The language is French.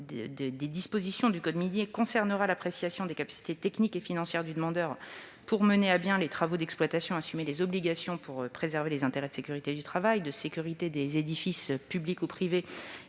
des dispositions du code minier, concernera l'appréciation des capacités techniques et financières du demandeur pour mener à bien les travaux d'exploitation et assumer les obligations pour préserver les intérêts de sécurité du travail, de sécurité des édifices publics ou privés